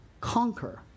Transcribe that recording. conquer